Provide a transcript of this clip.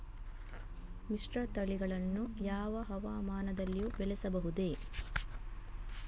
ಮಿಶ್ರತಳಿಗಳನ್ನು ಯಾವ ಹವಾಮಾನದಲ್ಲಿಯೂ ಬೆಳೆಸಬಹುದೇ?